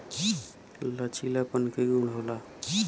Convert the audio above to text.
लचीलापन के गुण होला